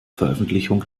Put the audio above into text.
veröffentlichung